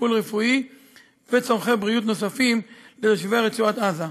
טיפול רפואי וצורכי בריאות נוספים לתושבי רצועת-עזה.